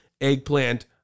eggplant